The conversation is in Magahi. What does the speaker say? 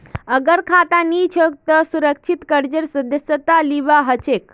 अगर खाता नी छोक त सुरक्षित कर्जेर सदस्यता लिबा हछेक